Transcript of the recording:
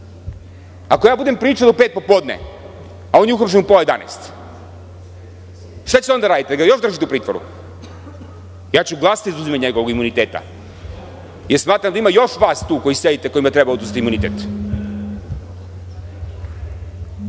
Ako budem pričao do pet popodne, a on je uhapšen u pola jedanaest, šta ćete onda da radite, da ga još držite u pritvoru? Glasaću za oduzimanje njegovog imuniteta, jer smatram da ima još vas tu koji sede i kojima treba oduzeti imunitet. Mogu